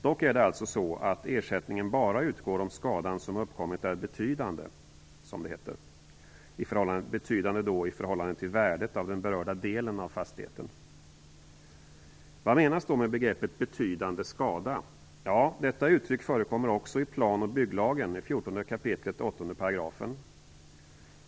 Dock är det alltså så att ersättningen utgår bara om skadan som uppkommit är, som det heter, betydande i förhållande till värdet av den berörda delen av fastigheten. Vad menas då med begreppet betydande skada? Detta uttryck förekommer också i 14 kap. 8 § plan och bygglagen.